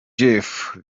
jeff